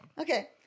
Okay